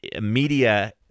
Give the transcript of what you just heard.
media